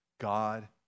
God